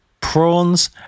prawns